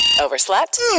Overslept